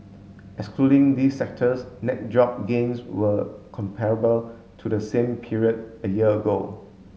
excluding these sectors net job gains were comparable to the same period a year ago